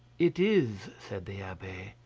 it is, said the abbe,